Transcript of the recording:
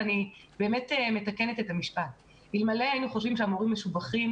אני מתקנת את המשפט: אלמלא היינו חושבים שהמורים משובחים,